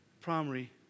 primary